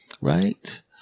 Right